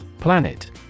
Planet